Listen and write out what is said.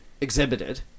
exhibited